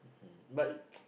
but